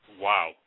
wow